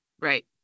Right